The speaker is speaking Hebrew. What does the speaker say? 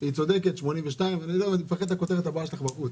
היא צודקת, 82, אני מפחד מהכותרת הבאה שלך בחוץ.